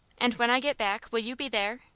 and when i get back, will you be there?